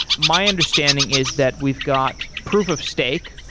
my understanding is that we've got proof of stake,